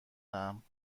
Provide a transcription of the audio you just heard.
دهم